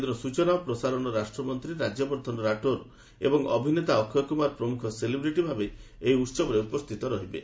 କେନ୍ଦ୍ର ସୂଚନା ଓ ପ୍ରସାରଣ ରାଷ୍ଟ୍ରମନ୍ତ୍ରୀ ରାଜ୍ୟବର୍ଦ୍ଧନ ରାଠୋର ଏବଂ ଅଭିନେତା ଅକ୍ଷୟ କୃମାର ପ୍ରମୁଖ ସେଲିବ୍ରିଟି ଭାବେ ଏହି ଉତ୍ସବରେ ଉପସ୍ଥିତ ରହିବେ